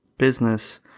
business